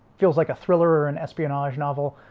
feels like a thriller or an espionage novel